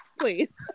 please